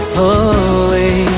holy